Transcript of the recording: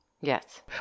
Yes